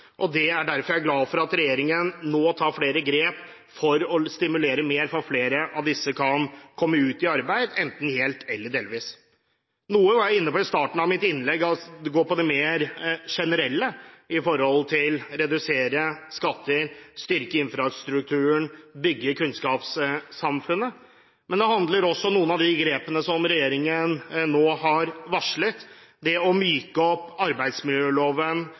er jeg glad for at regjeringen nå tar flere grep for å stimulere til at flere av disse kan komme ut i arbeid, enten helt eller delvis. Noe av det jeg var inne på i starten av mitt innlegg, går på det mer generelle, med tanke på å redusere skatter, styrke infrastrukturen og bygge kunnskapssamfunnet. Men noen av de grepene som regjeringen nå har varslet, handler om å myke opp arbeidsmiljøloven